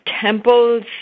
temples